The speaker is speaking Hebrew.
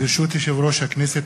יושב-ראש הכנסת,